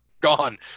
Gone